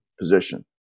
position